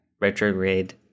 retrograde